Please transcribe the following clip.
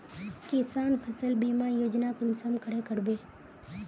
किसान फसल बीमा योजना कुंसम करे करबे?